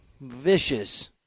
vicious